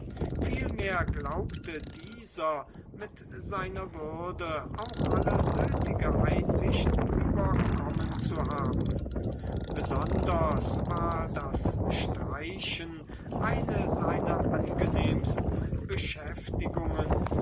vielmehr glaubte dieser mit seiner würde auch alle nötige einsicht überkommen zu haben besonders war das streichen eine seiner angenehmsten beschäftigungen